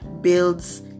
builds